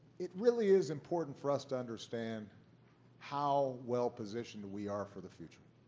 it really is important for us to understand how well positioned we are for the future.